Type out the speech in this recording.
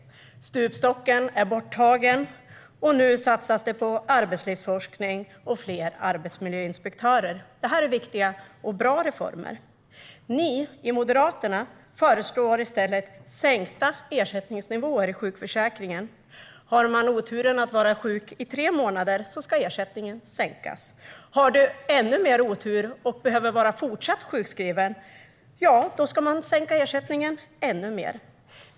Stupstocken är borttagen, och nu satsas det på arbetslivsforskning och fler arbetsmiljöinspektörer. Detta är viktiga och bra reformer. Ni i Moderaterna föreslår i stället sänkta ersättningsnivåer i sjukförsäkringen. Har man oturen att vara sjuk i tre månader ska ersättningen sänkas. Har man ännu mer otur och behöver vara fortsatt sjukskriven ska ersättningen sänkas ännu mer.